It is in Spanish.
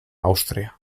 austria